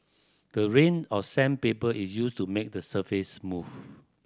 the range of sandpaper is used to make the surface smooth